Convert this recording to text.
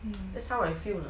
mm